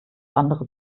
andere